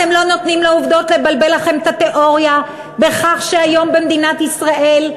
אתם לא נותנים לעובדות לבלבל לכם את התיאוריה בכך שהיום במדינת ישראל,